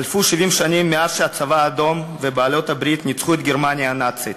חלפו 70 שנים מאז ניצחו הצבא האדום ובעלות-הברית את גרמניה הנאצית,